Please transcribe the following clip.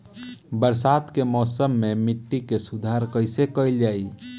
बरसात के मौसम में मिट्टी के सुधार कइसे कइल जाई?